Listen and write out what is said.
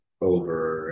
over